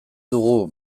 dugu